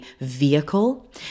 vehicle